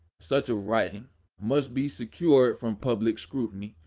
such a writing must be secured from public scrutiny.